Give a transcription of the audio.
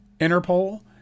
Interpol